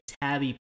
tabby